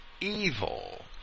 evil